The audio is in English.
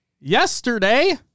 yesterday